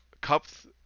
cups